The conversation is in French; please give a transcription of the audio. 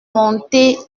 monter